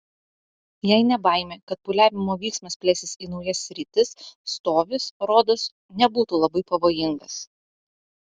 jei ne baimė kad pūliavimo vyksmas plėsis į naujas sritis stovis rodos nebūtų labai pavojingas